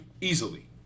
easily